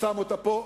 שם אותה פה.